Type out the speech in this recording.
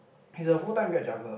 he's a full time Grab driver